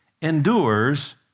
endures